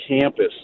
campus